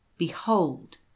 Behold